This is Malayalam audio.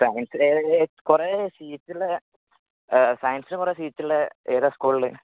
സയൻസ് വേറെ കുറേ സീറ്റ് ഉള്ള സയൻസിന് കുറേ സീറ്റ് ഉള്ള ഏതാണ് സ്കൂൾ ഉള്ളത്